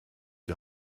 die